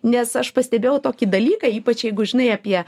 nes aš pastebėjau tokį dalyką ypač jeigu žinai apie